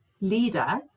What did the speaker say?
leader